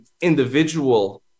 individual